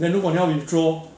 then 如果你要 withdraw